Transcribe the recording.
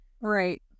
Right